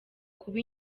kuba